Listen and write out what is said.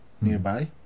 nearby